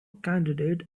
candidate